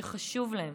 שחשוב להם.